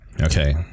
Okay